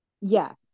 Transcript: Yes